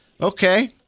okay